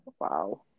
Wow